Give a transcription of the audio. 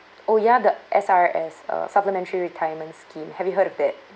oh ya the S_R_S uh supplementary retirement scheme have you heard of that